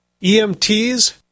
EMTs